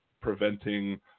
preventing